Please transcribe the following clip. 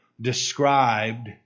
described